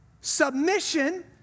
submission